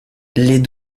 les